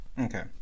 Okay